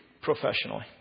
professionally